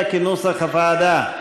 קודם כול נצביע על סעיף 4 כנוסח הוועדה.